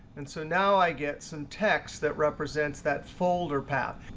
and so now i get some text that represents that folder path.